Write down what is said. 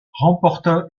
remporta